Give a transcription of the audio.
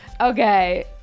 Okay